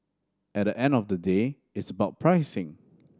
at the end of the day it's about pricing